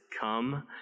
come